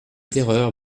terreur